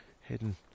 hidden